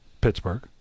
Pittsburgh